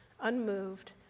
unmoved